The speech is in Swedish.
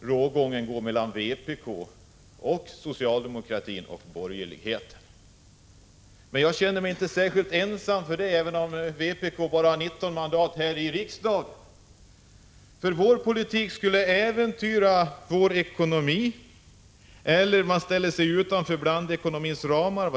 rågången går mellan vpk å ena sidan och socialdemokraterna och borgerligheten å den andra. Men jag känner mig inte särskilt ensam för det, även om vpk bara har 19 mandat här i riksdagen. Vår politik skulle äventyra ekonomin även om vi ställer oss utanför blandekonomins ramar.